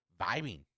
vibing